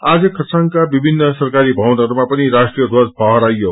आज खरसाङका विभिन्न सरकारी भवनहरूमा पनि राष्ट्रिय ध्वज फहराईयो